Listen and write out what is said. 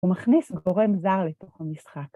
ומכניס גורם זר לתוך המשחק.